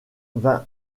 vingt